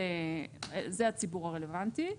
זה הציבור הרלוונטי.